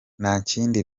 ntakindi